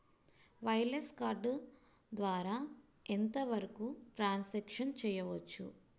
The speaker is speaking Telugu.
వైర్లెస్ కార్డ్ ద్వారా ఎంత వరకు ట్రాన్ సాంక్షన్ చేయవచ్చు?